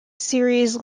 series